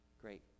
Great